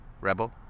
rebel